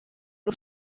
nur